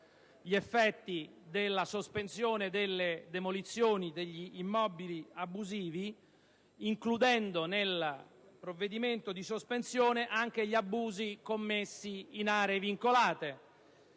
gli effetti della sospensione delle demolizioni degli immobili abusivi, includendo nel provvedimento di sospensione anche gli abusi commessi in aree vincolate.